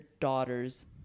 daughters